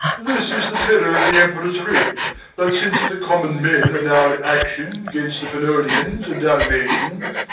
this is the tenour of the emperor's writ that since the common men are now in action gainst the pannonians and dalmatians,